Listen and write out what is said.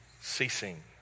ceasing